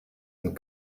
and